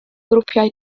grwpiau